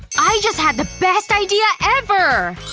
i just had the best idea ever!